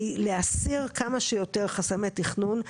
היא להסיר כמה שיותר חסמי תכנון,